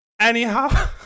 anyhow